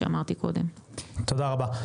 תודה רבה.